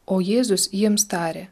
o jėzus jiems tarė